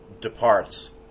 departs